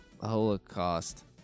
holocaust